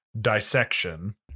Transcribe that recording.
dissection